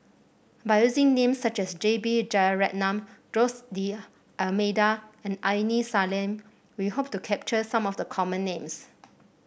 by using names such as J B Jeyaretnam Jose D'Almeida and Aini Salim we hope to capture some of the common names